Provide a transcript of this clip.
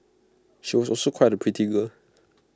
she was also quite A pretty girl